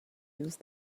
use